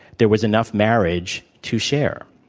there was enough marriage to share.